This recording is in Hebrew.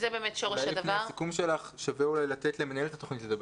אולי לפני הסיכום שלך כדאי לאפשר למנהלת התוכנית לדבר.